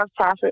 nonprofit